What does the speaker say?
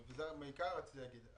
אפיק, ואת זה בעיקר רציתי להגיד.